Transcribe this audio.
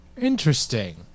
Interesting